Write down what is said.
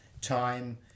time